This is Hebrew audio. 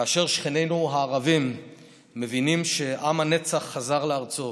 כאשר שכנינו הערבים מבינים שעם הנצח חזר לארצו